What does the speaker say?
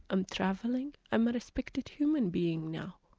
i'm travelling, i'm a respected human being now.